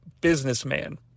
businessman